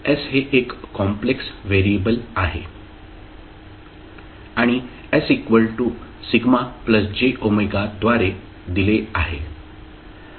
s हे एक complex variable आहे आणि द्वारे दिले आहे